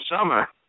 summer